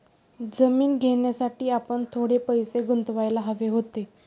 जमीन घेण्यासाठी आपण थोडे पैसे गुंतवायला हवे होते